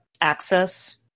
access